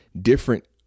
different